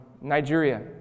Nigeria